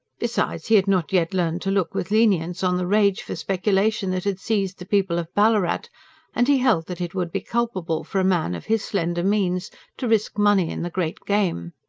besides, he had not yet learned to look with lenience on the rage for speculation that had seized the people of ballarat and he held that it would be culpable for a man of his slender means to risk money in the great game